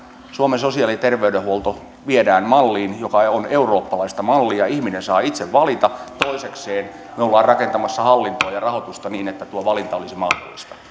suomen sosiaali ja terveydenhuolto viedään malliin joka on eurooppalaista mallia ihminen saa itse valita toisekseen me olemme rakentamassa hallintoa ja rahoitusta niin että tuo valinta olisi mahdollista